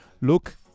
Look